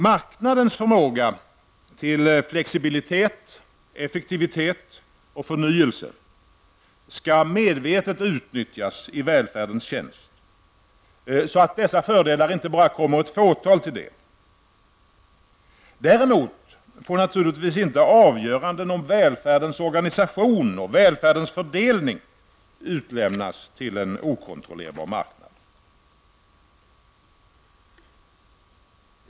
Marknadens förmåga till flexibilitet, effektivitet och förnyelse skall medvetet utnyttjas i välfärdens tjänst, så att dessa fördelar kommer inte bara ett fåtal till del. Däremot får naturligtvis avgöranden om välfärdens organisation och fördelning inte utlämnas till en okontrollerbar marknad.